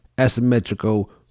Asymmetrical